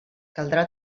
caldrà